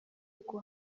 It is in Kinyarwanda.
uko